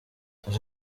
dore